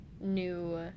new